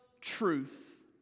truth